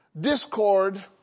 discord